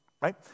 right